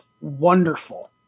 wonderful